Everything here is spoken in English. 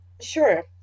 Sure